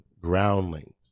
groundlings